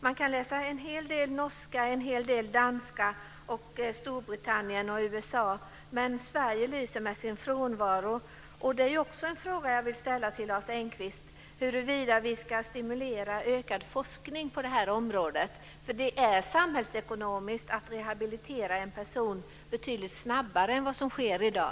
Man kan finna en hel del dansk och norsk forskning och forskning från Storbritannien och USA, men Sverige lyser med sin frånvaro. Det är också en fråga jag vill ställa till Lars Enqvist: Ska vi stimulera ökad forskning på det här området? Det är ju samhällsekonomiskt att rehabilitera en person betydligt snabbare än vad som sker i dag.